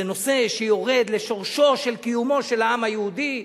זה נושא שיורד לשורש קיומו של העם היהודי,